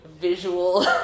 visual